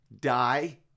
die